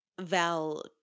Val